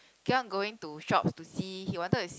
keep on going to shops to see he wanted to see